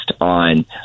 on